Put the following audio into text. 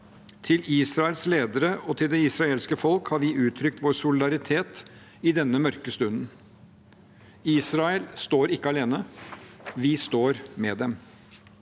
Til Israels ledere og til det israelske folk har vi uttrykt vår solidaritet i denne mørke stunden. Israel står ikke alene. Vi står med dem.